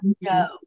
no